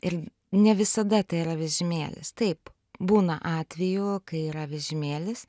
ir ne visada tai yra vežimėlis taip būna atvejų kai yra vežimėlis